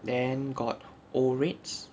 then got orate